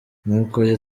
nk’uko